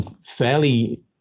fairly